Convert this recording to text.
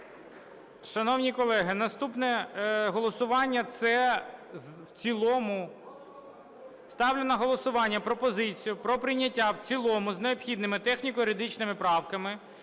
Шановні колеги, наступне голосування – це в цілому. Ставлю на голосування пропозицію про прийняття в цілому з необхідними техніко-юридичними правками